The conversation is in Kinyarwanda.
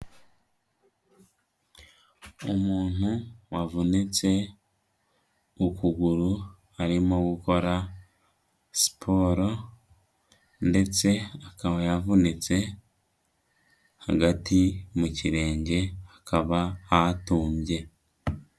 Umuntu wavunitse ukuguru arimo gukora siporo ndetse akaba yavunitse hagati mu kirenge hakaba hatumbye.